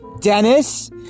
Dennis